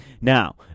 now